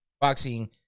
Boxing